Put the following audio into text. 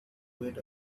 went